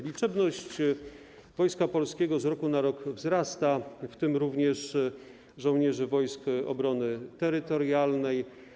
Liczebność Wojska Polskiego z roku na rok wzrasta, w tym również żołnierzy Wojsk Obrony Terytorialnej.